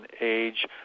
age